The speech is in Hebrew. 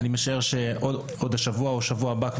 אני משער שעוד השבוע או בשבוע הבא,